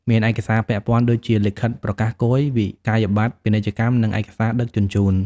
មានឯកសារពាក់ព័ន្ធដូចជា លិខិតប្រកាសគយ វិក្កយបត្រពាណិជ្ជកម្ម និងឯកសារដឹកជញ្ជូន។